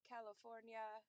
California